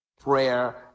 prayer